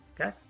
Okay